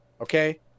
Okay